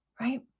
Right